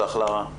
שלהן.